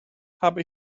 habe